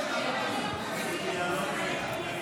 הזבל בבאקו.